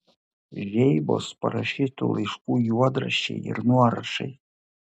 žeibos parašytų laiškų juodraščiai ir nuorašai